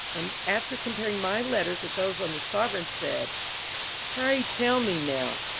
and, after comparing my letters with those on the sovereigns, said pray tell me, now,